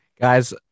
guys